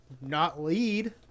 not-lead